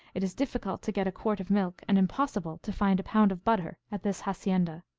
it is difficult to get a quart of milk, and impossible to find a pound of butter at this hacienda.